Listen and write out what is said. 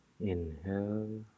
Inhale